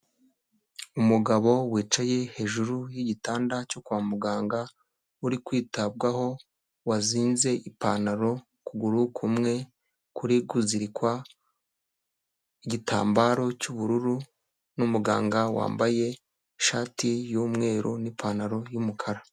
Umugabo wicaye hejuru y'igitanda cyo kwa muganga uri kwitabwaho, wazinze ipantaro, ukuguru kumwe kuri kuzirikwa igitambaro cy'ubururu n'umuganga wambaye ishati y'umweru n'ipantaro y'umukara.